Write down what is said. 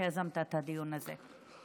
שיזם את הדיון הזה.